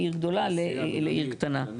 מעיר גדולה לעיר קטנה.